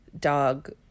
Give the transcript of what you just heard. dog